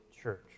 church